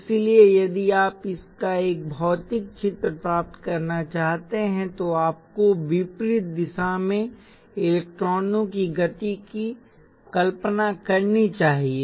इसलिए यदि आप इसका एक भौतिक चित्र प्राप्त करना चाहते हैं तो आपको विपरीत दिशा में इलेक्ट्रॉनों की गति की कल्पना करनी चाहिए